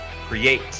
Create